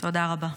תודה רבה.